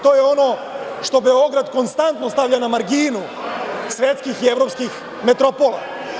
To je ono što Beograd konstantno stavlja na marginu svetskih i evropskih metropola.